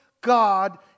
God